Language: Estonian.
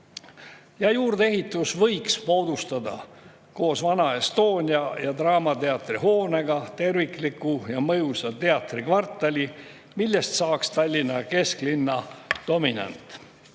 Juurdeehitus võiks moodustada koos vana Estonia ja draamateatri hoonega tervikliku ja mõjusa teatrikvartali, millest saaks Tallinna kesklinna dominant.